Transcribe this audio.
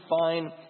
fine